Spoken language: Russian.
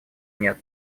нет